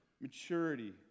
maturity